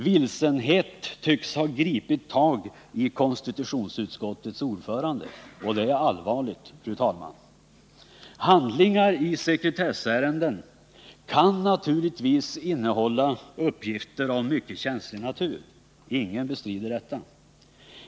Vilsenhet tycks ha gripit tag i konstitutionsutskottets ordförande, och det är allvarligt, fru talman. Handlingar i skatteärenden kan naturligtvis innehålla uppgifter av mycket känslig natur. Ingen bestrider detta.